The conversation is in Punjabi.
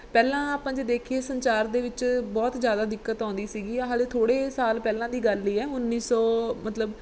ਪਹਿਲਾਂ ਆਪਾਂ ਜੇ ਦੇਖੀਏ ਸੰਚਾਰ ਦੇ ਵਿੱਚ ਬਹੁਤ ਜ਼ਿਆਦਾ ਦਿੱਕਤ ਆਉਂਦੀ ਸੀਗੀ ਆ ਹਲੇ ਥੋੜ੍ਹੇ ਸਾਲ ਪਹਿਲਾਂ ਦੀ ਗੱਲ ਹੀ ਹੈ ਉੱਨੀ ਸੌ ਮਤਲਬ